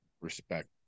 Respect